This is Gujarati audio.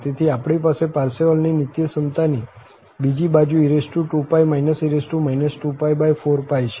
તેથી આપણી પાસે પારસેવલની નિત્યસમતાની બીજી બાજુ e2 e 24 છે